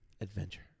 Adventure